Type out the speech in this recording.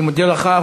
אני מודה לך.